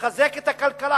יחזק את הכלכלה.